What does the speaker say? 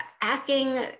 Asking